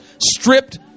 stripped